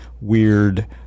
weird